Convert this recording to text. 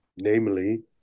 namely